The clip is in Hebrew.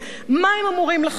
מה הם אמורים לחשוב?